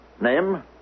Name